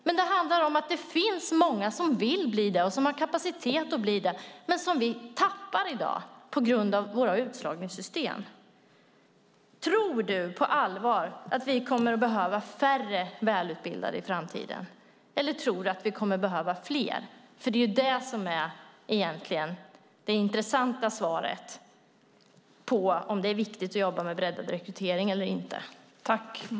Men det handlar om att det finns många som vill bli det och som har kapacitet att bli det men som vi i dag tappar på grund av våra utslagningssystem. Tror du på allvar att vi kommer att behöva färre välutbildade i framtiden, eller kommer vi att behöva fler? Det är ju det som detta med breddad rekrytering egentligen handlar om.